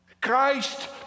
Christ